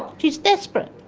she's desperate.